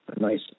nice